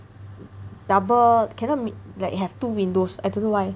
double cannot ma~ like have two windows I don't know why